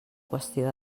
qüestió